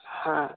ᱦᱮᱸ